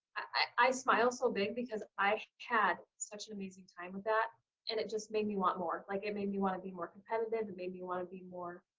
i smile so big because i had such an amazing time with that and it just made me want more. like, it made me want to be more competitive, it made me want to be more